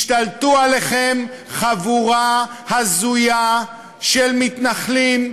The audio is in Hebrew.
השתלטו עליכם חבורה הזויה של מתנחלים,